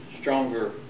stronger